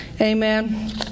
Amen